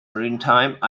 maritime